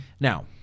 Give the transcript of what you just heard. now